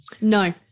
No